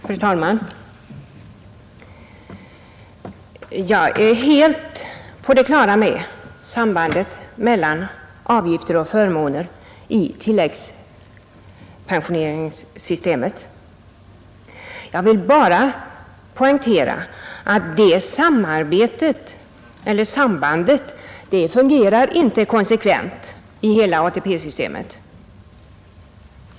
Fru talman! Jag är helt på det klara med sambandet mellan avgifter och förmåner i tilläggspensioneringssystemet. Jag vill bara poängtera att det sambandet inte fungerar konsekvent i hela ATP-systemet.